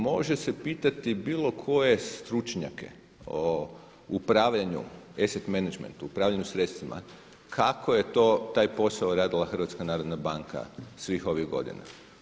Može se pitati bilo koje stručnjake o upravljanju … menadžment upravljanju sredstvima kako je to taj posao radila HNB svih ovih godina.